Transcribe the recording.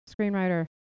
screenwriter